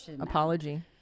apology